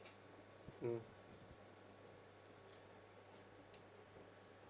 mm